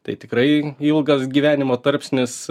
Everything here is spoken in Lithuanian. tai tikrai ilgas gyvenimo tarpsnis